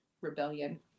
rebellion